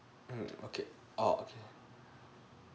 mm okay oo